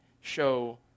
show